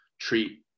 treat